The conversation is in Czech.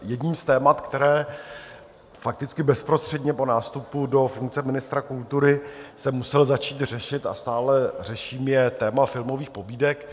Jedním z témat, které fakticky bezprostředně po nástupu do funkce ministra kultury jsem musel začít řešit a stále řeším, je téma filmových pobídek.